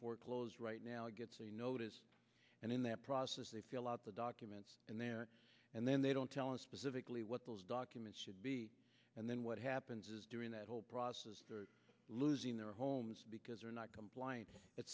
foreclosed right now gets a notice and in that process they fill out the documents in there and then they don't tell us specifically what those documents should be and then what happens is during that whole process they are losing their homes because they're not compliant it